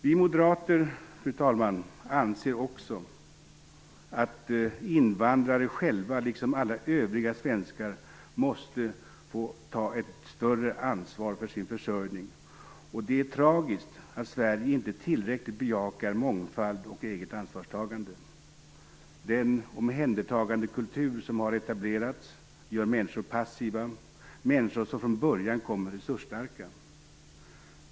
Vi moderater anser också att invandrare själva liksom alla övriga svenskar måste få ta ett större ansvar för sin försörjning, och det är tragiskt att Sverige inte tillräckligt bejakar mångfald och eget ansvarstagande. Den omhändertagandekultur som har etablerats gör människor passiva, människor som från början kommer resursstarka.